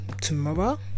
tomorrow